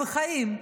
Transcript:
בחיים.